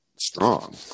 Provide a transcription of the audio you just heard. strong